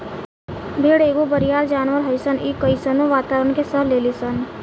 भेड़ एगो बरियार जानवर हइसन इ कइसनो वातावारण के सह लेली सन